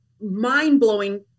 mind-blowing